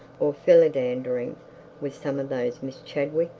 or philandering with some of those miss chadwicks